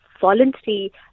voluntary